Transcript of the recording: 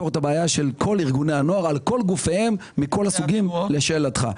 את הבעיה של כל ארגוני הנוער על כל גופיהם מכל הסוגים לשאלתך.